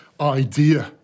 idea